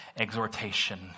exhortation